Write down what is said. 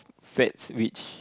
fats which